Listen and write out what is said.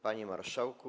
Panie Marszałku!